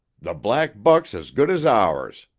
the black buck's as good as ours,